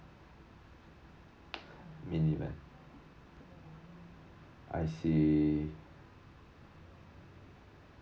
mini van I see